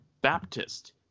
Baptist